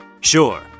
Sure